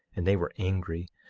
and they were angry,